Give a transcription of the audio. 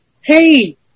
hey